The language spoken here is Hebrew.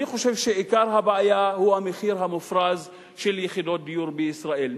אני חושב שעיקר הבעיה הוא המחיר המופרז של יחידות דיור בישראל.